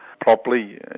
properly